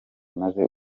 maze